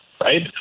right